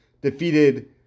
defeated